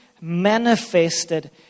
manifested